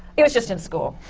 it was just in school.